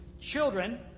Children